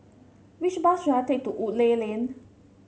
which bus should I take to Woodleigh Lane